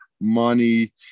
money